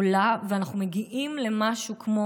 ואנחנו מגיעים למשהו כמו,